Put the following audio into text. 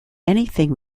anything